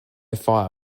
fire